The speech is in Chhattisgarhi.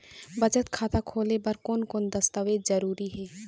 बचत खाता खोले बर कोन कोन दस्तावेज जरूरी हे?